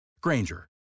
Granger